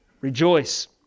Rejoice